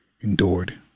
endured